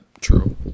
true